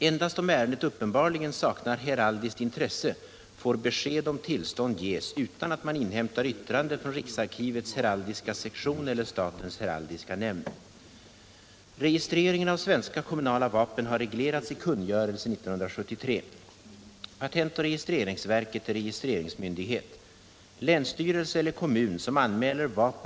Endast om ärendet uppenbarligen saknar heraldiskt intresse får besked om tillstånd ges utan att man inhämtar yttrande från riksarkivets heraldiska sektion eller statens heraldiska nämnd.